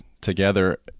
together